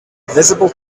visible